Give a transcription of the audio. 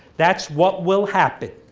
that's what will happen.